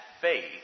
faith